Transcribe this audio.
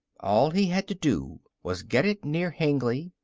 all he had to do was get it near hengly,